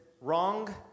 wrong